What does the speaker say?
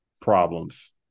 problems